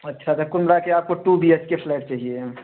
अच्छा कुल मिलाकर आपको two B H K flat चाहिए हाँ